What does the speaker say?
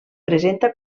presenta